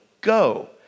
Go